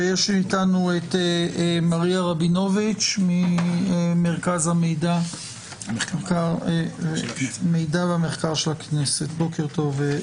ויש איתנו את מריה רבינוביץ' ממרכז המחקר והמידע של הכנסת בוקר טוב,